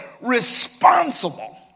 responsible